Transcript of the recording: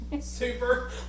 super